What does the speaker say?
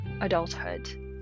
adulthood